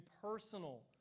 personal